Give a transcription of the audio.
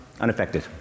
unaffected